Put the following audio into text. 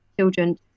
children